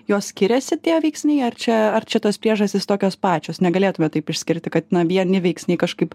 jos skiriasi tie veiksniai ar čia ar čia tos priežastys tokios pačios negalėtume taip išskirti kad na vieni veiksniai kažkaip